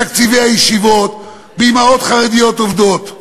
בתקציבי ישיבות, לאימהות חרדיות עובדות,